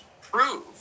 prove